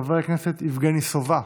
חבר הכנסת יבגני סובה,